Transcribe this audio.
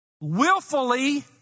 willfully